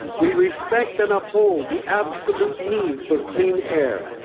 we respect and uphold the absolute need for clean air,